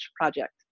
project